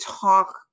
talk